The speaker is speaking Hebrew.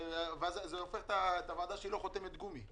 ואז זה הופך את הוועדה שלו לחותמת גומי.